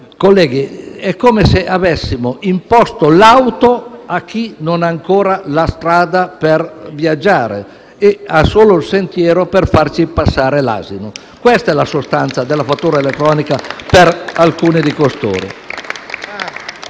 Colleghi, è come se avessimo imposto l'automobile a chi non ha ancora la strada per viaggiare e ha solo il sentiero per farci passare l'asino. Questa è la sostanza della fattura elettronica per alcuni di costoro.